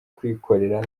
kwikorera